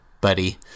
buddy